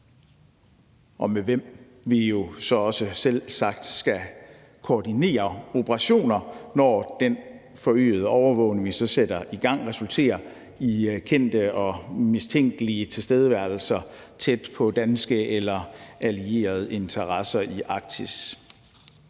med hvem vi jo så også selvsagt skal koordinere operationer, når den forøgede overvågning så sætter i gang, i forhold til kendte eller mistænkelige tilstedeværelser tæt på danske eller allierede interesser i Arktis.